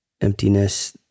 emptiness